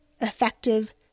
effective